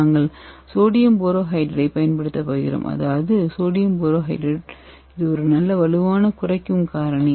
நாங்கள் NaBH4 ஐப் பயன்படுத்தப் போகிறோம் அதாவது சோடியம் போரோஹைட்ரைடு இது ஒரு நல்ல வலுவான குறைக்கும் காரணி